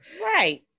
Right